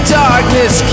darkness